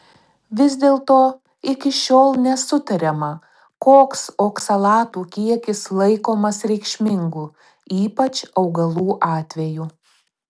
vis dėlto iki šiol nesutariama koks oksalatų kiekis laikomas reikšmingu ypač augalų atveju